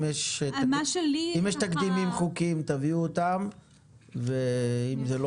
אם יש תקדימים חוקיים תביאו אותם ואם זה לא